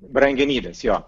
brangenybes jo